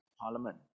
Parliament